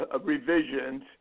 revisions